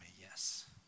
yes